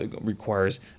requires